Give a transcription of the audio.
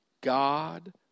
God